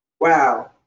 Wow